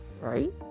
right